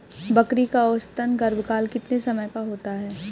बकरी का औसतन गर्भकाल कितने समय का होता है?